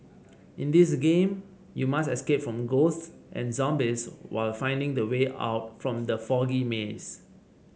in this game you must escape from ghosts and zombies while finding the way out from the foggy maze